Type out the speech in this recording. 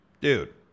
dude